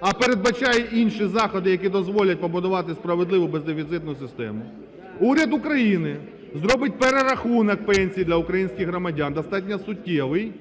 а передбачає інші заходи, які дозволять побудувати справедливу бездефіцитну систему, уряд України зробить перерахунок пенсії для українських громадян достатньо суттєвий.